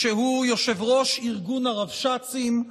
שהוא יושב-ראש ארגון הרבש"צים,